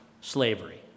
slavery